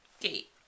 gate